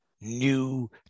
new